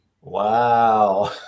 Wow